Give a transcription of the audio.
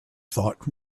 thought